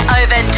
over